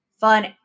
fun